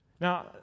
Now